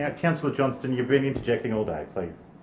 ah councillor johnston, you've been interjecting all day, please.